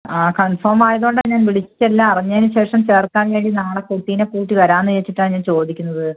ആ കൺഫേം ആയതുകൊണ്ടാണ് ഞാൻ വിളിച്ചെല്ലാം അറിഞ്ഞതിന് ശേഷം ചേർക്കാന്ന് കരുതി നാളെ കുട്ടീനെ കൂട്ടി വരാന്ന് വെച്ചിട്ടാണ് ഞാൻ ചോദിക്കുന്നത്